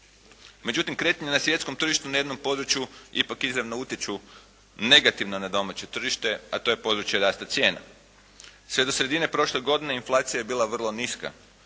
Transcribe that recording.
Međutim, kretanja na svjetskom tržištu na jednom području ipak izravno utječu negativno na domaće tržište a to je područje rasta cijena. Sve do sredine prošle godine inflacija je bila vrlo niska.